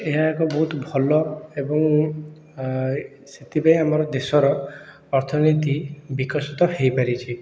ଏହା ଏକ ବହୁତ ଭଲ ଏବଂ ସେଥିପାଇଁ ଆମର ଦେଶର ଅର୍ଥନୀତି ବିକଶିତ ହେଇପାରିଛି